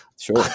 Sure